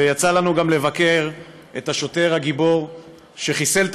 ויצא לנו גם לבקר את השוטר הגיבור שחיסל את